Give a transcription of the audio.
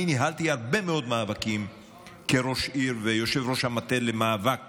אני ניהלתי הרבה מאוד מאבקים כראש עיר ויושב-ראש המטה למאבק